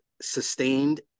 sustained